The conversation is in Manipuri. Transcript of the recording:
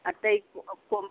ꯑꯇꯩ